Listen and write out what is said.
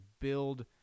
build